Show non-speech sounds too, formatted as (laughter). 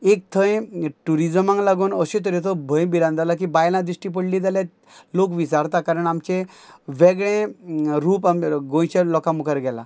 एक थंय टुरिजमांक लागून अशें तरेचो भंय भिरांत जाला की बायलां दिश्टी पडली जाल्या लोक विचारता कारण आमचे वेगळें रूप (unintelligible) गोंयच्या लोकां मुखार गेलां